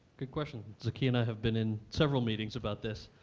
great question. zakiya and i have been in several meetings about this.